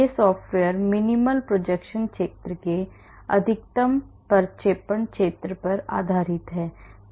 यह software minimal projection क्षेत्र अधिकतम प्रक्षेपण क्षेत्र पर आधारित है